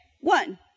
one